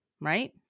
right